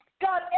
God